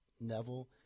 Neville